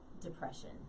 Depression